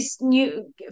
new